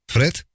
Fred